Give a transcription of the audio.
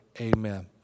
Amen